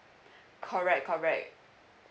correct correct